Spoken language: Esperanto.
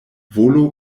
volo